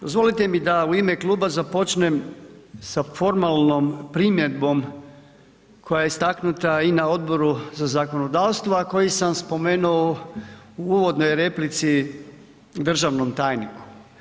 Dozvolite mi da u ime kluba započnem sa formalnom primjedbom koja je istaknuta i na Odboru za zakonodavstvo a koji sam spomenuo u uvodnoj replici državnom tajniku.